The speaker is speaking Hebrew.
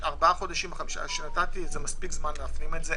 ארבעה חודשים שנתתי זה מספיק זמן להפנים את זה.